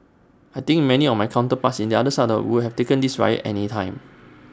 I think many of my counterparts in other side would have taken this riot any time